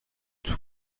توو